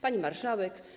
Pani Marszałek!